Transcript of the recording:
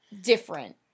different